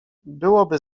byłoby